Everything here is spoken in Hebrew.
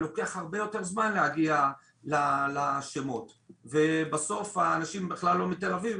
לוקח הרבה יותר זמן להגיע לשמות ובסוף האנשים בכלל לא מתל אביב,